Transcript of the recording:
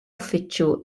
uffiċċju